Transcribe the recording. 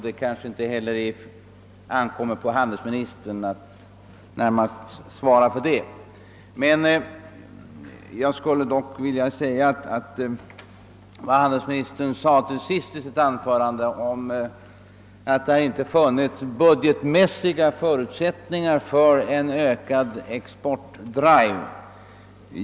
Det kanske inte heller ankommer på handelsministern att närmast svara på dessa frågor. I slutet på sitt anförande sade handelsministern att det inte funnits budgetmässiga förutsättningar för en ökad exportdrive.